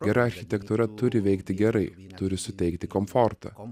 gera architektūra turi veikti gerai turi suteikti komfortą